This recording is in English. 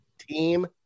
team